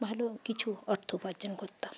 ভালো কিছু অর্থ উপার্জন করতাম